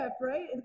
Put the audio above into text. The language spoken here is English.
right